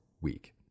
week